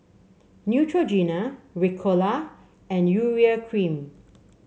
Neutrogena Ricola and Urea Cream